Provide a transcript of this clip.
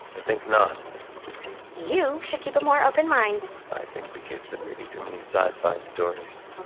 i think not you should keep a more open mind i think the kid's been reading too many sci-fi stories